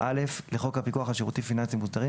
לחוק הפיקוח על שירותים פיננסיים מוסדרים,